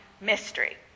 mystery